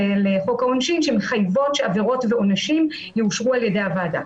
חוק העונשין שמחייבות שעבירות ועונשים יאושרו על ידי הוועדה.